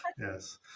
Yes